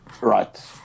Right